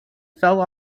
fell